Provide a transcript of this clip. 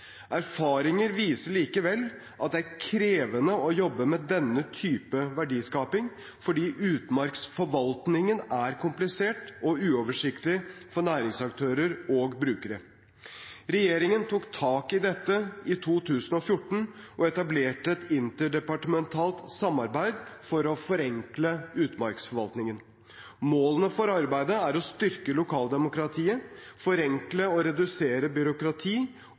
Erfaringer viser likevel at det er krevende å jobbe med denne typen verdiskaping, fordi utmarksforvaltningen er komplisert og uoversiktlig for næringsaktører og brukere. Regjeringen tok tak i dette i 2014 og etablerte et interdepartementalt samarbeid for å forenkle utmarksforvaltningen. Målene for arbeidet er å styrke lokaldemokratiet, forenkle og redusere byråkrati